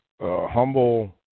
humble